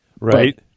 right